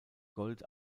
gold